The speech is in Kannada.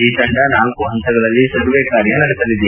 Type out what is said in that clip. ಈ ತಂಡ ನಾಲ್ಲು ಹಂತಗಳಲ್ಲಿ ಸರ್ವೇ ಕಾರ್ಯ ನಡೆಸಲಿದೆ